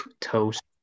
toast